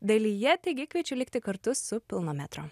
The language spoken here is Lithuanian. dalyje taigi kviečiu likti kartu su pilno metro